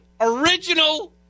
original